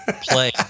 Play